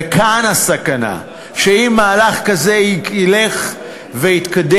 וכאן הסכנה, שאם מהלך כזה ילך ויתקדם,